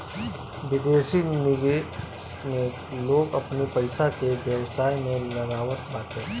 विदेशी निवेश में लोग अपनी पईसा के व्यवसाय में लगावत बाटे